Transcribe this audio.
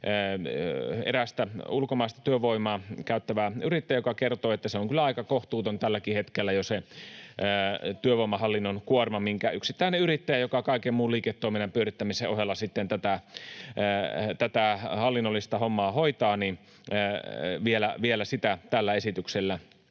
erästä ulkomaista työvoimaa käyttävää yrittäjää, joka kertoi, että se työvoimahallinnon kuorma on kyllä aika kohtuuton jo tälläkin hetkellä, minkä yksittäinen yrittäjä, joka kaiken muun liiketoiminnan pyörittämisen ohella sitten tätä hallinnollista hommaa hoitaa, ja vielä sitä tällä esityksellä